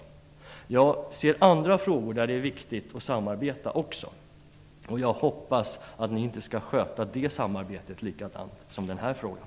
Det finns också andra frågor där det är viktigt att samarbeta. Jag hoppas att ni inte skall sköta det samarbetet lika dåligt som ni har gjort när det gäller den här frågan.